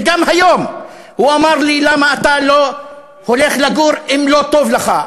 וגם היום הוא אמר לי: למה אתה לא הולך לגור אם לא טוב לך?